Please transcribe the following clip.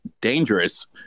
dangerous